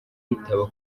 bitaba